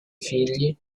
figli